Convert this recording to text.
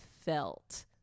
felt